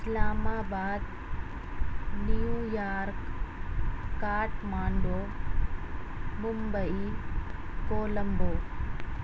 اسلام آباد New York Kathmandu Mumbai Colombo